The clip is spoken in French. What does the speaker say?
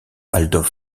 adolf